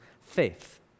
faith